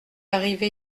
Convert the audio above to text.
arrivé